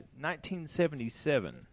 1977